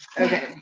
Okay